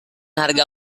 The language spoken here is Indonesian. harga